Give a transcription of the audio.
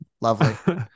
lovely